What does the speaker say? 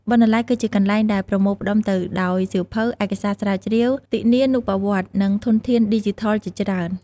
បណ្ណាល័យគឺជាកន្លែងដែលប្រមូលផ្តុំទៅដោយ សៀវភៅ ឯកសារស្រាវជ្រាវ ទិនានុប្បវត្តិ និងធនធានឌីជីថល ជាច្រើន។